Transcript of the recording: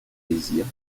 plaisirs